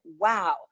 Wow